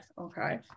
okay